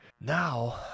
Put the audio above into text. Now